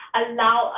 allow